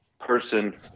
person